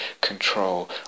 control